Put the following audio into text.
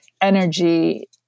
energy